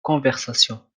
conversation